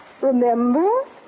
Remember